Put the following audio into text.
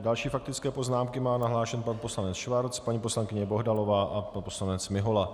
Další faktické poznámky má nahlášen pan poslanec Schwarz, paní poslankyně Bohdalová a pan poslanec Mihola.